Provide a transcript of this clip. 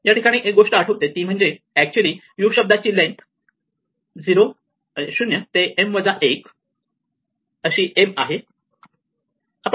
या ठिकाणी एक गोष्ट आठवते ती म्हणजे ऍक्च्युली u शब्दाची लेन्थ 0 ते m वजा 1 अशी m आहे